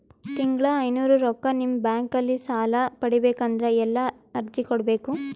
ತಿಂಗಳ ಐನೂರು ರೊಕ್ಕ ನಿಮ್ಮ ಬ್ಯಾಂಕ್ ಅಲ್ಲಿ ಸಾಲ ಪಡಿಬೇಕಂದರ ಎಲ್ಲ ಅರ್ಜಿ ಕೊಡಬೇಕು?